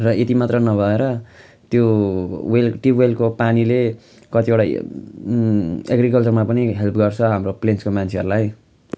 र यति मात्र नभएर त्यो वेल् ट्युबवेलको पानीले कतिवटा एग्रिकल्चरमा पनि हेल्प गर्छ हाम्रो प्लेन्सको मान्छेहरूलाई